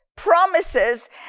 promises